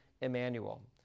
Emmanuel